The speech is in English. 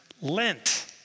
lent